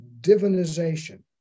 divinization